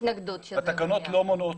התקנות לא מונעות,